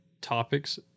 topics